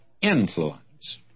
Influence